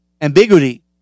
Ambiguity